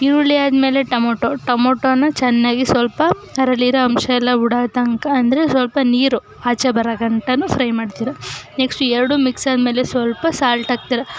ಈರುಳ್ಳಿ ಆದ್ಮೇಲೆ ಟೊಮೊಟೊ ಟೊಮೊಟೊನ ಚೆನ್ನಾಗಿ ಸ್ವಲ್ಪ ಅದರಲ್ಲಿ ಇರೋ ಅಂಶ ಎಲ್ಲ ಬಿಡೋ ತನಕ ಅಂದರೆ ಸ್ವಲ್ಪ ನೀರು ಆಚೆ ಬರೋ ಗಂಟನೂ ಫ್ರೈ ಮಾಡ್ತೀರಾ ನೆಕ್ಸ್ಟು ಎರಡು ಮಿಕ್ಸಾದ್ಮೇಲೆ ಸ್ವಲ್ಪ ಸಾಲ್ಟ್ ಹಾಕ್ತೀರ